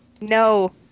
no